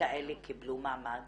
כאלה קיבלו מעמד